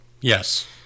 Yes